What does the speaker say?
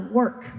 work